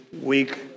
week